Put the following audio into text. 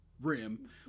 rim